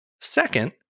Second